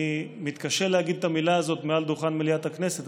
אני מתקשה להגיד את המילה הזאת מעל דוכן מליאת הכנסת,